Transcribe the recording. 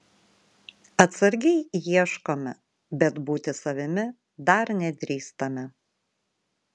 atsargiai ieškome bet būti savimi dar nedrįstame